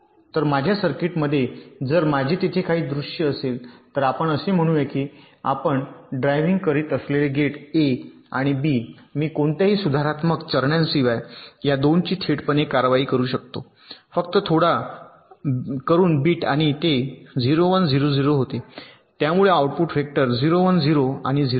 तर माझ्या सर्किटमध्ये जर माझे तेथे काही दृश्य असेल तर आपण असे म्हणूया आणि ड्रायव्हिंग करीत असलेले गेट ए आणि बी मी कोणत्याही सुधारात्मक चरणांशिवाय या 2 ची थेटपणे कारवाई करू शकतो फक्त थोडा करून बिट आणि ते 0 1 0 0 होते त्यामुळे आउटपुट वेक्टर 0 1 0 आणि 0 होईल